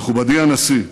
מכובדי הנשיא,